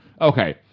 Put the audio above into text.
Okay